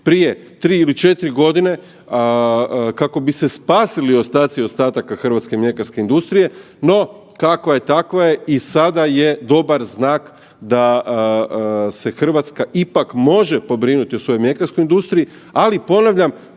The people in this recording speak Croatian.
prije 3 ili 4 godine kako bi se spasili ostaci ostataka hrvatske mljekarske industrije, no kakva je takva je i sada je dobar znak da se Hrvatska ipak može pobrinuti o svojoj mljekarskoj industriji, ali ponavljam